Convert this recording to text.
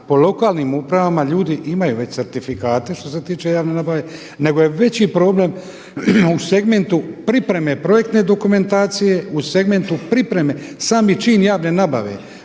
po lokalnim upravama ljudi imaju već certifikate što se tiče javne nabave, nego je veći problem u segmentu pripreme projektne dokumentacije u segmentu pripreme. Sami čin javne nabave,